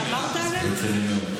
זה מה שאמרת עלינו?